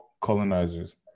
colonizers